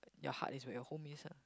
your heart is where your home is ah